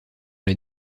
les